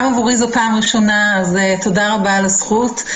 גם עבורי זו פעם ראשונה, אז תודה רבה על הזכות.